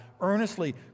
earnestly